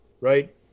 right